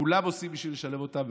וכולם עושים בשביל לשלב אותם,